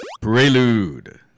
Prelude